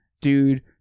dude